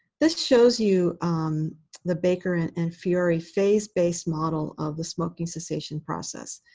this shows you the baker and and fiore phase-based model of the smoking cessation process.